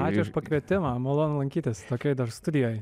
ačiū už pakvietimą malonu lankytis tokioj studijoj